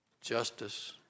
Justice